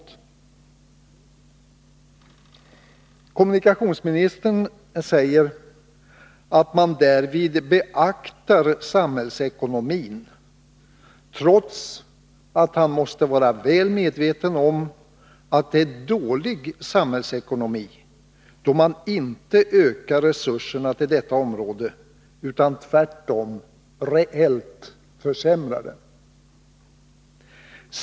Kommunikationsministern säger att man därvid beaktar samhällsekonomin, trots att han måste vara väl medveten om att det är dålig samhällsekonomi då man inte ökar resurserna till detta område utan tvärtom reellt försämrar dem.